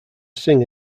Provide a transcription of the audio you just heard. sing